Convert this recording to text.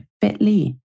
bit.ly